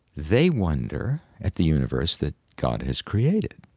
they wonder at the universe that god has created,